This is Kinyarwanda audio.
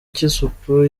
cy’isuku